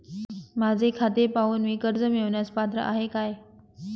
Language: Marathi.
माझे खाते पाहून मी कर्ज मिळवण्यास पात्र आहे काय?